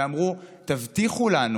ואמרו: תבטיחו לנו